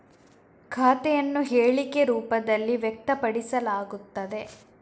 ಖಾತೆಯನ್ನು ಹೇಳಿಕೆ ರೂಪದಲ್ಲಿ ವ್ಯಕ್ತಪಡಿಸಲಾಗುತ್ತದೆ